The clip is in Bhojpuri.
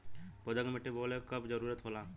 पौधा के मिट्टी में बोवले क कब जरूरत होला